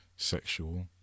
Sexual